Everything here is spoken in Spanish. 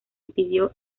impidió